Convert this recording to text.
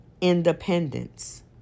independence